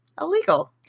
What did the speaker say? illegal